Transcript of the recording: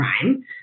Crime